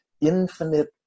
infinite